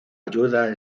ayuda